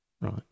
Right